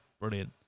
brilliant